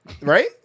right